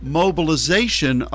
mobilization